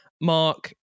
Mark